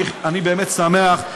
אני באמת שמח,